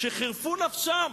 שחירפו נפשם